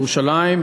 בירושלים,